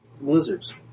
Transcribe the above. lizards